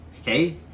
Okay